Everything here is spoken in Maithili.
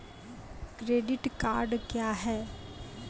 क्रेडिट कार्ड क्या हैं?